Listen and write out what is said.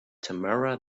tamara